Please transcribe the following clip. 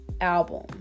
album